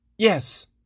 Yes